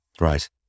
Right